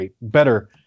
better